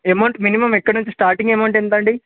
amount minimum ఎక్కడ నుంచి starting amount ఎంతండి